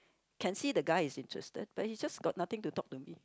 can see the guy is interested but he just got nothing to talk to me